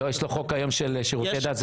לא, יש לו חוק היום של שירותי דת.